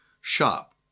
shop